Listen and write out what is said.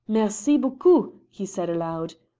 merci beaucoup! he said aloud.